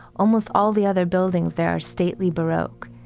almost all the other buildings there are stately baroque.